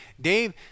Dave